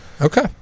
Okay